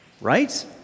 right